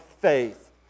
faith